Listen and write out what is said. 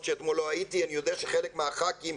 שאתמול לא הייתי אני יודע שחלק מהח"כים,